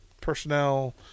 personnel